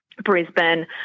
Brisbane